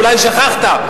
אולי שכחת,